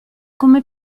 come